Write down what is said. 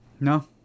No